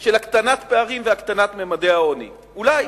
של הקטנת פערים, והקטנת ממדי העוני, אולי.